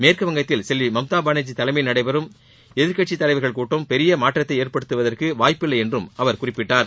மேற்குவங்கத்தில் செல்வி மம்தா பானர்ஜி தலைமையில் நடைபெறும் எதிர்க்கட்சித்தலைவர்கள் கூட்டம் பெரிய மாற்றத்தை ஏற்படுத்துவதற்கு வாய்ப்பில்லை என்று அவர் குறிப்பிட்டார்